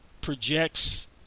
projects